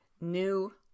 new